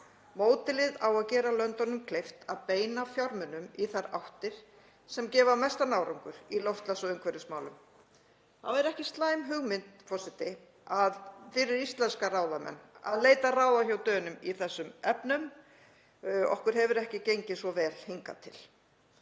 Módelið á að gera löndunum kleift að beina fjármunum í þær áttir sem gefa mestan árangur í loftslags- og umhverfismálum. Það er ekki slæm hugmynd, forseti, fyrir íslenska ráðamenn að leita ráða hjá Dönum í þessum efnum. Okkur hefur ekki gengið svo vel hingað til.